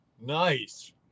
Nice